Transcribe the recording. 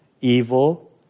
evil